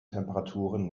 temperaturen